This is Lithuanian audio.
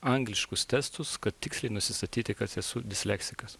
angliškus testus kad tiksliai nusistatyti kad esu disleksikas